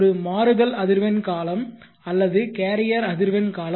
ஒரு மாறுதல் அதிர்வெண் காலம் அல்லது கேரியர் அதிர்வெண் காலம்